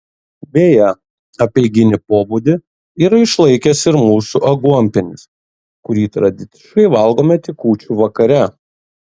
beje apeiginį pobūdį yra išlaikęs ir mūsų aguonpienis kurį tradiciškai valgome tik kūčių vakare